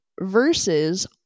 versus